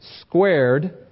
squared